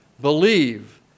believe